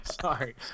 Sorry